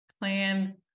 plan